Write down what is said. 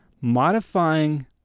modifying